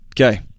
Okay